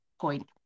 point